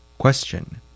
Question